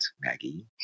Maggie